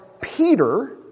Peter